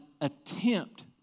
attempt